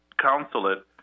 consulate